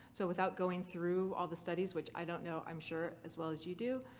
so without going through all the studies, which i don't know, i'm sure as well as you do,